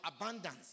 abundance